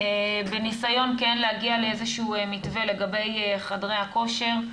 בניסיון כן להגיע לאיזה שהוא מתווה לגבי חדרי הכושר.